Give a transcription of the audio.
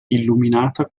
illuminata